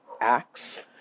acts